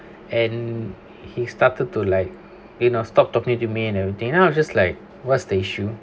and he started to like you know stopped talking to me and everything and then I was just like what's the issue